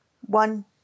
one